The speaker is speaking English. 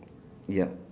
yup